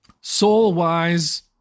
soul-wise